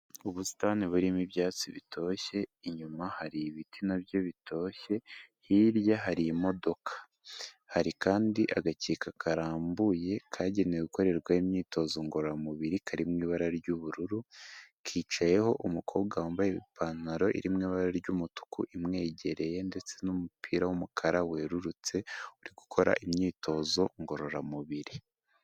Ubusitani burimo ibyatsi bitoshye, inyuma hari ibiti nabyo bitoshye, hirya hari imodoka. Hari kandi agakeka karambuye kagenewe gukorerwa imyitozo ngororamubiri, kari mu ibara ry'ubururu, kicayeho umukobwa wambaye ipantaro iri ibara ry'umutuku imwegereye ndetse n'umupira w'umukara werurutse uri gukora imyitozo ngororamubiri.